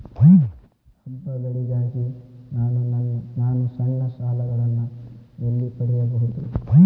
ಹಬ್ಬಗಳಿಗಾಗಿ ನಾನು ಸಣ್ಣ ಸಾಲಗಳನ್ನು ಎಲ್ಲಿ ಪಡೆಯಬಹುದು?